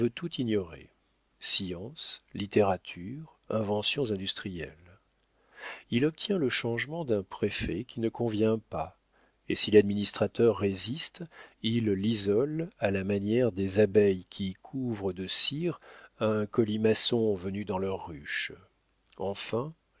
tout ignorer science littérature inventions industrielles il obtient le changement d'un préfet qui ne convient pas et si l'administrateur résiste il l'isole à la manière des abeilles qui couvrent de cire un colimaçon venu dans leur ruche enfin